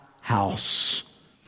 house